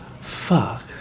fuck